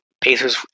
Pacers